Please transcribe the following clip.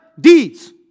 deeds